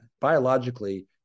Biologically